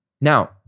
Now